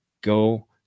Go